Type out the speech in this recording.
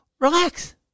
Relax